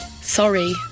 sorry